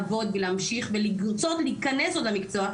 לעבוד ולהמשיך ולרצות להיכנס למקצוע,